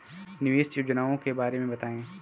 निवेश योजनाओं के बारे में बताएँ?